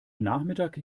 nachmittag